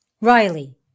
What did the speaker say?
Riley